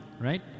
Right